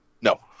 No